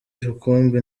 rukumbi